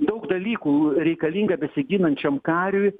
daug dalykų reikalinga besiginančiam kariui